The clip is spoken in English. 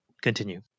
Continue